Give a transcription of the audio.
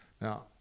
Now